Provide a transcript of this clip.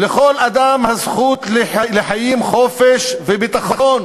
"לכל אדם הזכות לחיים, חופש וביטחון